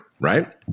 right